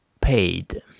paid